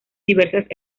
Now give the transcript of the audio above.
diversas